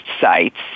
sites